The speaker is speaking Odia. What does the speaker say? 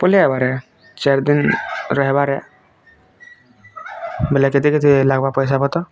ବୁଲି ଆଇବାରେ ଚାରି ଦିନ ରହିବାରେ ବୋଲେ କେତେ କେତେ ଲାଗବା ପଇସା ପତର